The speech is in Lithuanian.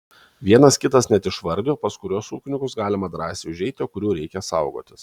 vienas kitas net išvardijo pas kuriuos ūkininkus galima drąsiai užeiti o kurių reikia saugotis